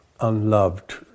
unloved